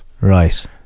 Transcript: Right